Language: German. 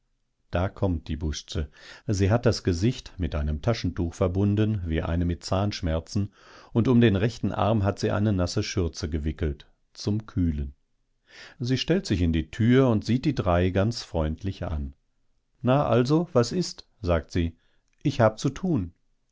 da kommt die busze sie hat das gesicht mit einem taschentuch verbunden wie eine mit zahnschmerzen und um den rechten arm hat sie eine nasse schürze gewickelt zum kühlen sie stellt sich in die tür und sieht die drei ganz freundlich an na also was ist sagt sie ich hab zu tun